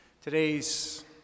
Today's